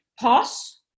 pause